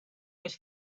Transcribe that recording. his